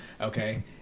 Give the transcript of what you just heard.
okay